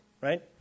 right